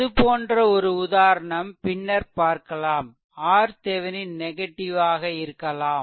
அதுபோன்ற ஒரு உதாரணம் பின்னர் பார்க்கலாம் RThevenin நெகடிவ் ஆக இருக்கலாம்